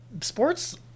Sports